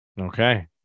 Okay